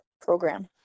program